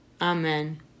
Amen